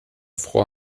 fror